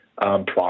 product